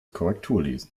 korrekturlesen